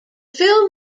film